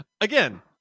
again